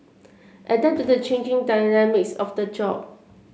adapt to the changing dynamics of the job